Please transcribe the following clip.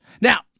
Now